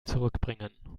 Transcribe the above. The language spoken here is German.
zurückbringen